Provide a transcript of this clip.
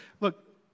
look